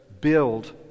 build